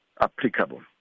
applicable